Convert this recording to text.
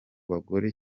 bagore